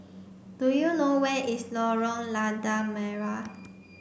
do you know where is Lorong Lada Merah